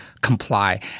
Comply